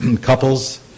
couples